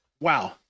Wow